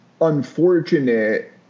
unfortunate